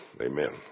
Amen